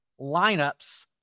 lineups